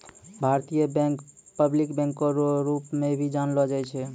भारतीय bank public बैंको रो रूप मे भी जानलो जाय छै